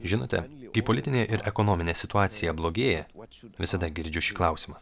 žinote kai politinė ir ekonominė situacija blogėja visada girdžiu šį klausimą